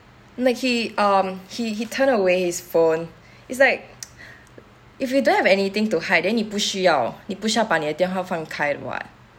n~he um he he turned away his phone is like if you don't have anything to hide then 你不需要你不需要把你的电话放开的 [what]